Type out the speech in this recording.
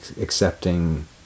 accepting